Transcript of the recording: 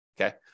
Okay